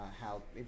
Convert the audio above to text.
help